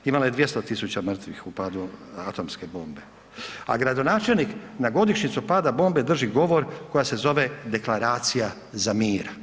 Imala je 200 tisuća mrtvih u padu atomske bombe, a gradonačelnik na godišnjicu pada bombe drži govor koja se zove Deklaracija za mir.